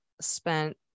spent